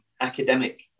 academic